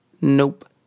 Nope